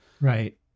right